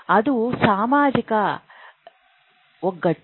ಅದು ಸಾಮಾಜಿಕ ಒಗ್ಗಟ್ಟು